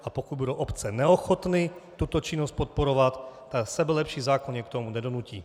A pokud budou obce neochotny tuto činnost podporovat, tak sebelepší zákon je k tomu nedonutí.